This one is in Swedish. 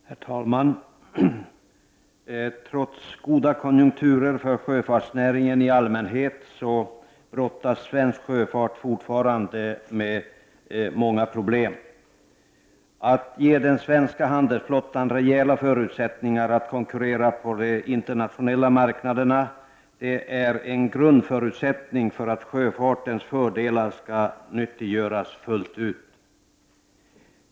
Herr talman! Trots goda konjunkturer för sjöfartsnäringen i allmänhet brottas svensk sjöfart fortfarande med många problem. Att ge den svenska handelsflottan rejäla förutsättningar att konkurrera på de internationella marknaderna är en grundförutsättning för att sjöfartens fördelar skall nyttiggöras fullt ut.